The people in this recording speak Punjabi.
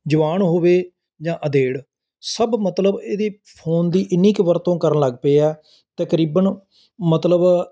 ਜਵਾਨ ਹੋਵੇ ਜਾਂ ਅਧੇੜ ਸਭ ਮਤਲਬ ਇਹਦੀ ਫੋਨ ਦੀ ਇੰਨੀ ਕੁ ਵਰਤੋਂ ਕਰਨ ਲੱਗ ਪਏ ਹੈ ਤਕਰੀਬਨ ਮਤਲਬ